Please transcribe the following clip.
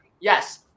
yes